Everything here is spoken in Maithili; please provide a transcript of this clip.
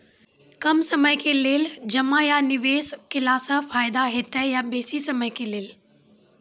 कम समय के लेल जमा या निवेश केलासॅ फायदा हेते या बेसी समय के लेल?